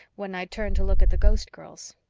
when i'd turned to look at the ghostgirls.